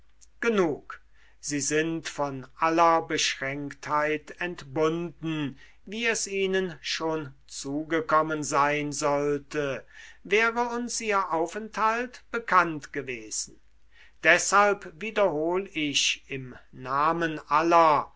genug sie sind von aller beschränktheit entbunden wie es ihnen schon zugekommen sein sollte wäre uns ihr aufenthalt bekannt gewesen deshalb wiederhol ich im namen aller